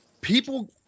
people